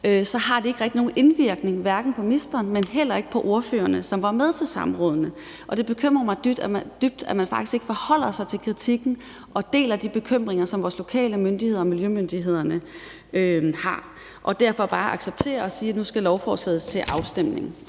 har det ikke rigtig nogen indvirkning på hverken ministeren eller på ordførerne, som var med til samrådene. Og det bekymrer mig dybt, at man faktisk ikke forholder sig til kritikken og deler de bekymringer, som vores lokale myndigheder og miljømyndighederne har, og at man derfor bare accepterer det og siger: Nu skal lovforslaget til afstemning.